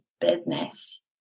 business